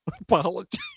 apology